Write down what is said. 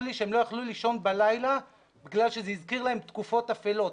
לי שהם לא יכלו לישון בלילה בגלל שזה הזכיר להם תקופות אפלות.